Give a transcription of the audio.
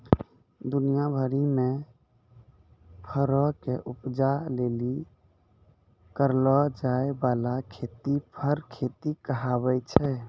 दुनिया भरि मे फरो के उपजा लेली करलो जाय बाला खेती फर खेती कहाबै छै